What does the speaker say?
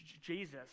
Jesus